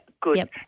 good